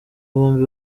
bombi